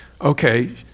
Okay